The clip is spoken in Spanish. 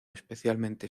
especialmente